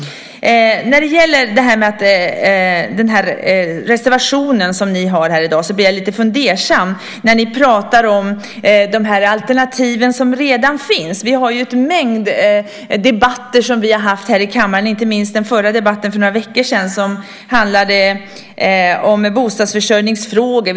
Beträffande den reservation som ni har till detta betänkande blir jag lite fundersam när ni talar om de alternativ som ju redan finns. Vi har haft en mängd debatter i kammaren. Inte minst handlade den förra debatten för några veckor sedan om bostadsförsörjningsfrågor.